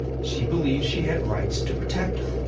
she believed she had rights to protect her.